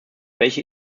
welche